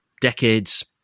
decades